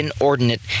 inordinate